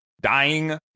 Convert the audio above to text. dying